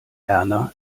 erna